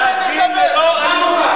להפגין ללא אלימות,